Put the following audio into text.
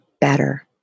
better